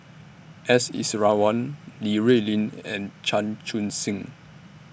S Iswaran Li Rulin and Chan Chun Sing